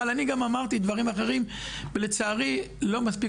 אבל אני גם אמרתי דברים אחרים ולצערי לא מספיק